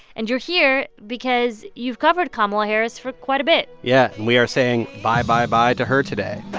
and you're here because you've covered kamala harris for quite a bit yeah. and we are saying bye, bye, bye to her today